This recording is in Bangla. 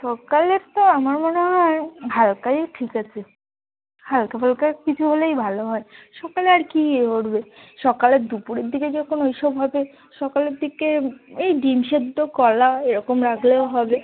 সকালের তো আমার মনে হয় হাল্কাই ঠিক আছে হাল্কা ফুলকা কিছু হলেই ভালো হয় সকালে আর কী করবে সকালে দুপুরের দিকে যখন ওইসব হবে সকালের দিকে ওই ডিম সেদ্ধ কলা এরকম রাখলেও হবে